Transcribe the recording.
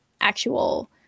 actual –